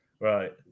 Right